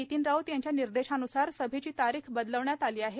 नितीन राऊत यांच्या निर्देशानुसार सभेची तारीख बदलविण्यात आली आहे